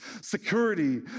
security